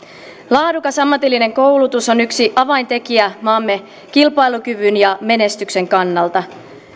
laadukas ammatillinen koulutus on yksi avaintekijä maamme kilpailukyvyn ja menestyksen kannalta